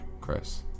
Chris